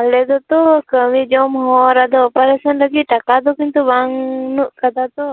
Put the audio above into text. ᱟᱞᱮᱫᱚ ᱛᱚ ᱠᱟ ᱢᱤ ᱡᱚᱢ ᱦᱚᱲᱟ ᱟᱫᱚ ᱚᱯᱟᱨᱮᱥᱚᱱ ᱞᱟ ᱜᱤᱫ ᱴᱟᱠᱟ ᱫᱚ ᱠᱤᱱᱛᱩ ᱵᱟᱹᱱᱩᱜ ᱟᱠᱟᱫᱟ ᱛᱚ